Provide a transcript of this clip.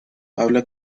habla